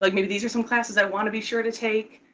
like maybe these are some classes i want to be sure to take.